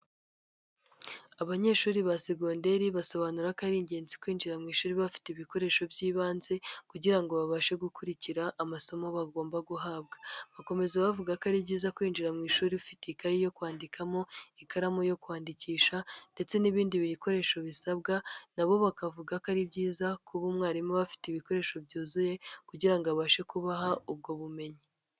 Abanyeshuri ba segondeiri basobanura ko ari ingenzi kwinjira mu ishuri bafite ibikoresho by'ibanze kugira ngo babashe gukurikira amasomo bagomba guhabwa, bakomeza bavuga ko ari byiza kwinjira mu ishuri ufite ikaye yo kwandikamo, ikaramu yo kwandikisha ndetse n'ibindi bikoresho bisabwa na bo bakavuga ko ari byiza kuba umwarimu aba afite ibikoresho byuzuye kugira abashe kubaha ubwo bumenyi.